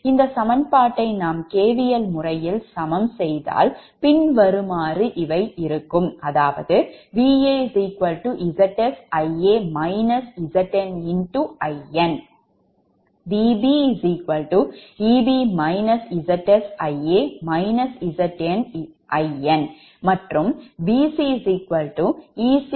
இந்த சமன்பாட்டை நாம் KVL முறையில் சமம் செய்தால் பின்வருமாறு இவை இருக்கும் VaZsIa ZnIn